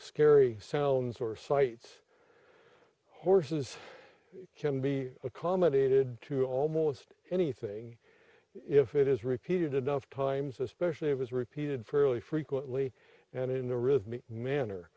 scary sounds or sights horses can be accommodated to almost anything if it is repeated enough times especially if it's repeated fairly frequently and in